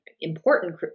important